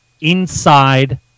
inside